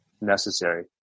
necessary